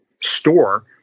store